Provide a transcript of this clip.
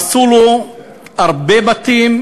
הרסו בו הרבה בתים,